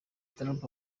trump